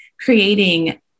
creating